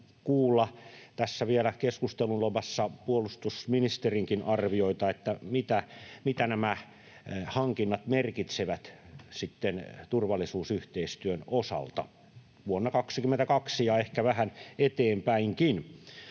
tässä keskustelun lomassa puolustusministerinkin arvioita siitä, mitä nämä hankinnat merkitsevät sitten turvallisuusyhteistyön osalta vuonna 22 ja siitä ehkä vähän eteenpäinkin.